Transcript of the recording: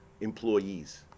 employees